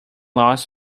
loss